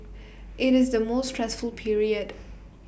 IT is the most stressful period